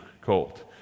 cold